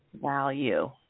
Value